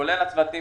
כולל הצוותים